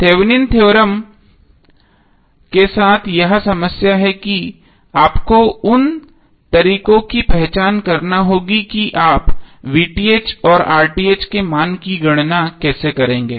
Thevenin theorem Thevenins theorem के साथ समस्या यह है कि आपको उन तरीकों की पहचान करनी होगी कि आप और के मान की गणना कैसे करेंगे